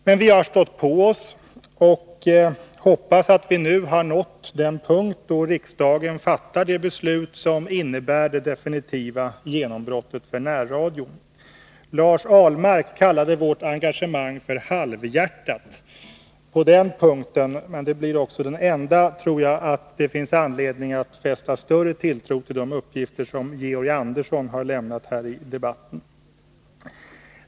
Vi har emellertid stått på oss och hoppas att vi nu har nått den punkt då riksdagen fattar det beslut som innebär det definitiva genombrottet för närradion. Lars Ahlmark kallade vårt engagemang halvhjärtat. På den punkten - men det är också den enda! — tror jag att det finns anledning att fästa större tilltro till de uppgifter som Georg Andersson har lämnat här i debatten.